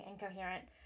incoherent